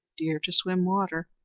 deer to swim water,